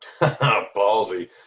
Ballsy